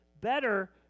better